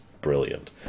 brilliant